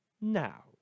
Now